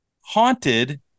haunted